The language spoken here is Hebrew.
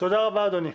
תודה רבה, אדוני.